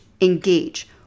engage